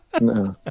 no